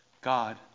God